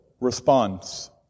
response